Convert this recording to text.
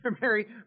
Mary